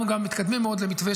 אנחנו גם מתקדמים מאוד למתווה,